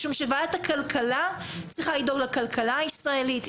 משום שוועדת הכלכלה צריכה לדאוג לכלכלה הישראלית,